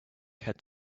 had